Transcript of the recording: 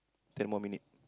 ten more minute